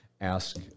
ask